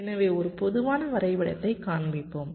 எனவே ஒரு பொதுவான வரைபடத்தைக் காண்பிப்போம்